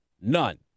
None